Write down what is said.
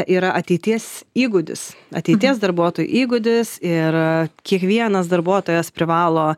yra ateities įgūdis ateities darbuotojų įgūdis ir kiekvienas darbuotojas privalo